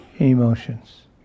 emotions